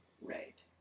Right